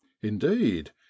Indeed